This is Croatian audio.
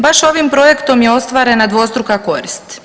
Baš ovim projektom je ostvarena dvostruka korist.